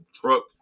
truck